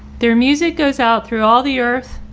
their music goes out through all the earth,